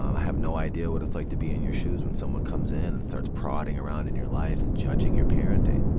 i have no idea what it's like to be in your shoes when someone comes in and starts prodding around in your life and judging your parenting,